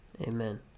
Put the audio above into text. Amen